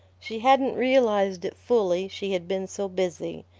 she hadn't realized it fully, she had been so busy.